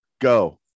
go